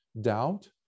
doubt